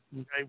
Okay